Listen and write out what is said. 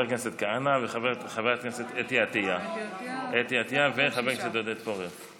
כהנא, אתי עטייה ועודד פורר.